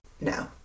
No